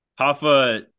Hoffa